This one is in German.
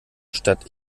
statt